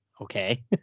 Okay